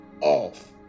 off